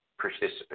participants